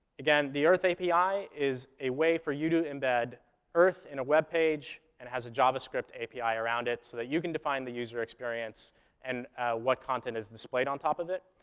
again, the earth api is a way for you to embed earth in a web page, and it has a javascript api around it, so that you can define the user experience and what content is displayed on top of it.